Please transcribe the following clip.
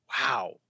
wow